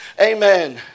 Amen